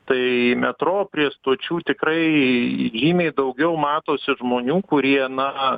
tai metro prie stočių tikrai žymiai daugiau matosi žmonių kurie na